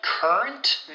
Current